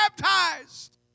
baptized